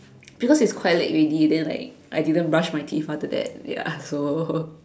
because it's quite late already then like I didn't brush my teeth after that ya so